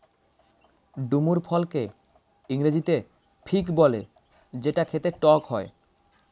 ডুমুর ফলকে ইংরেজিতে ফিগ বলে যেটা খেতে টক হয়